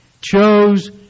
chose